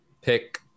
pick